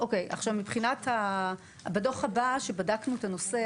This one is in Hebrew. בדוח הבא שבו בדקנו את הנושא,